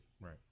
Right